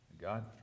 God